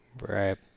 Right